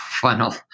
funnel